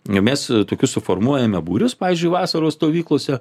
ne mes tokius suformuojame būrius pavyzdžiui vasaros stovyklose